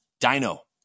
Dino